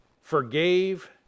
forgave